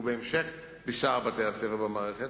ובהמשך בשאר בתי-הספר במערכת,